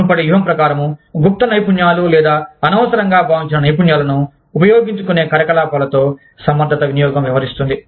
మునుపటి వ్యూహం ప్రకారం గుప్త నైపుణ్యాలు లేదా అనవసరంగా భావించిన నైపుణ్యాలను ఉపయోగించుకునే కార్యకలాపాలతో సమర్థత వినియోగం వ్యవహరిస్తుంది